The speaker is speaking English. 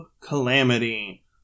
Calamity